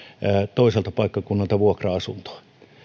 toiselta paikkakunnalta vuokra asuntoa